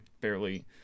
barely